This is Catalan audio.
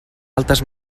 altes